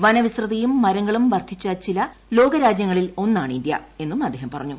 വന വിസ്തൃതയും മരങ്ങളും വർദ്ധിച്ച ചില ലോക രാജ്യങ്ങളിൽ ഒന്നാണ് ഇന്ത്യ എന്നും അദ്ദേഹം പറഞ്ഞു